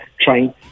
trying